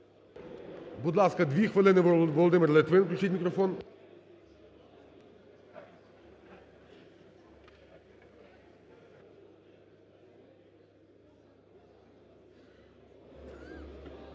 Будь ласка, 2 хвилини Володимир Литвин, Включіть мікрофон.